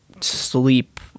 sleep